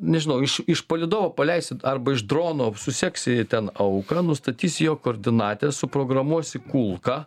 nežinau iš palydovo paleisi arba iš drono suseksi ten auką nustatysi jo koordinates suprogramuosi kulką